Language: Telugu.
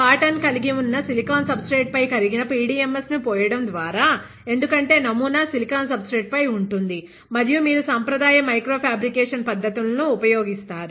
పాటర్న్ కలిగి ఉన్న సిలికాన్ సబ్స్ట్రేట్ పై కరిగిన PDMS ను పోయడం ద్వారా ఎందుకంటే నమూనా సిలికాన్ సబ్స్ట్రేట్ పై ఉంటుంది మరియు మీరు సంప్రదాయ మైక్రో ఫ్యాబ్రికేషన్ పద్ధతులను ఉపయోగిస్తారు